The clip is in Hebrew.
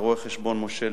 רואה-החשבון משה ליאון,